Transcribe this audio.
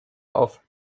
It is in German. auf